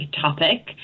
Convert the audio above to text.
topic